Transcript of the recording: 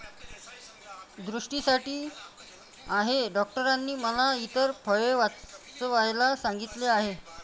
दृष्टीसाठी आहे डॉक्टरांनी मला इतर फळे वाचवायला सांगितले आहे